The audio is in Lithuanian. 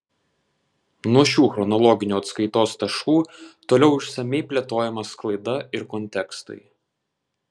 nuo šių chronologinių atskaitos taškų toliau išsamiai plėtojama sklaida ir kontekstai